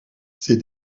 ses